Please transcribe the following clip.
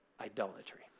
idolatry